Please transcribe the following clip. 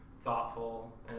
thoughtful